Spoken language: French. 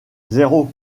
zéro